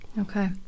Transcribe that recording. Okay